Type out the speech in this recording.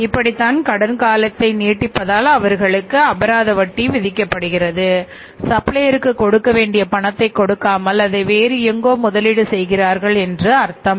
இப்படித்தான் கடன் காலத்தை நீட்டித்தால் அவர்களுக்கு அபராத வட்டி விதிக்கப்படுகிறது சப்ளையர்க்கு கொடுக்க வேண்டிய பணத்தைக் கொடுக்காமல் அதை வேறு எங்கோ முதலீடு செய்கிறார்கள் என்று அர்த்தம்